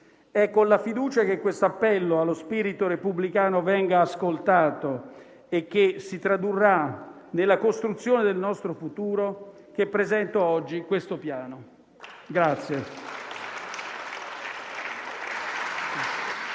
È con la fiducia che questo appello allo spirito repubblicano verrà ascoltato e si tradurrà nella costruzione del nostro futuro che presento oggi questo Piano.